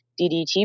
DDT